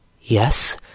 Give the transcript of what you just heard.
Yes